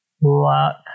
luck